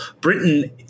Britain